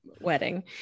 wedding